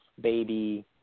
baby